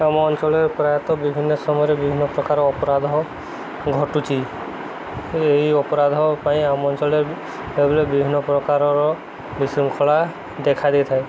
ଆମ ଅଞ୍ଚଳରେ ପ୍ରାୟତଃ ବିଭିନ୍ନ ସମୟରେ ବିଭିନ୍ନ ପ୍ରକାର ଅପରାଧ ଘଟୁଛି ଏହି ଅପରାଧ ପାଇଁ ଆମ ଅଞ୍ଚଳରେ ଏବେରେ ବିଭିନ୍ନ ପ୍ରକାରର ବିଶୃଙ୍ଖଳା ଦେଖା ଦେଇଥାଏ